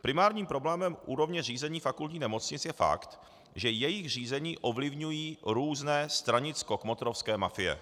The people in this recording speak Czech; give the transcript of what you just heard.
Primárním problémem úrovně řízení fakultních nemocnic je fakt, že jejich řízení ovlivňují různé stranickokmotrovské mafie.